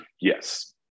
yes